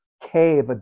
cave